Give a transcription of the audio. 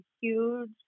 huge